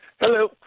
hello